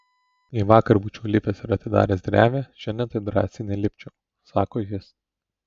jei vakar būčiau lipęs ir atidaręs drevę šiandien taip drąsiai nelipčiau sako jis